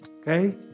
okay